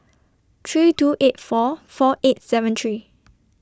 three two eight four four eight seven three